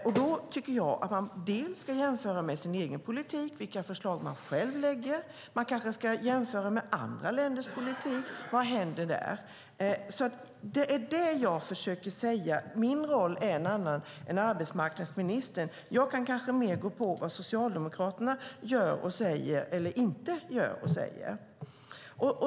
Därför tycker jag att man ska jämföra med sin egen politik, vilka förslag man själv lägger fram, och man kanske också ska jämföra med andra länders politik för att se vad som händer där. Det var det jag försökte säga. Min roll är en annan än arbetsmarknadsministerns. Jag kan kanske gå hårdare fram när det gäller vad Socialdemokraterna gör och säger eller inte gör och säger.